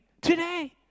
today